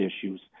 issues